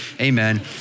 Amen